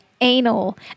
Anal